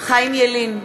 חיים ילין,